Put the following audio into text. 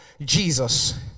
Jesus